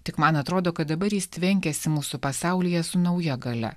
tik man atrodo kad dabar jis tvenkiasi mūsų pasaulyje su nauja galia